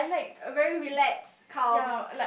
a very relaxed calm